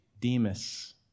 Demas